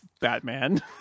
Batman